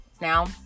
now